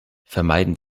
vermeiden